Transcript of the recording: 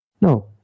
no